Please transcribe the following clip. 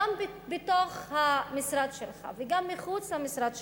גם בתוך המשרד שלך וגם מחוץ למשרד שלך,